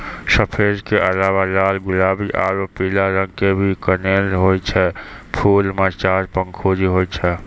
सफेद के अलावा लाल गुलाबी आरो पीला रंग के भी कनेल होय छै, फूल मॅ चार पंखुड़ी होय छै